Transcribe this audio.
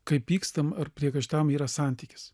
kai pykstam ar priekaištaujam yra santykis